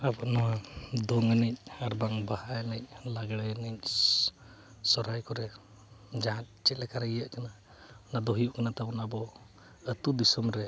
ᱟᱵᱚ ᱱᱚᱣᱟ ᱫᱚᱝ ᱮᱱᱮᱡ ᱟᱨᱵᱟᱝ ᱵᱟᱦᱟ ᱮᱱᱮᱡ ᱞᱟᱜᱽᱲᱮ ᱮᱱᱮᱡ ᱥᱚᱨᱦᱟᱭ ᱠᱚᱨᱮᱜ ᱡᱟᱦᱟᱸ ᱪᱮᱫ ᱞᱮᱠᱟ ᱨᱮ ᱤᱭᱟᱹᱜ ᱠᱟᱱᱟ ᱚᱱᱟ ᱫᱚ ᱦᱩᱭᱩᱜ ᱠᱟᱱ ᱛᱟᱵᱚ ᱟᱵᱚ ᱟᱛᱳ ᱫᱤᱥᱚᱢ ᱨᱮ